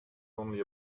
only